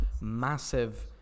massive